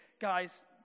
Guys